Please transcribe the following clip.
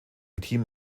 team